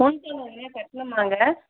முன் பணம் எதனா கட்டணுமாங்க